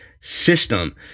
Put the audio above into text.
system